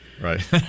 Right